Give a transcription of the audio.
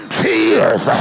tears